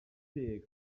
deg